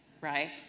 right